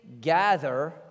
gather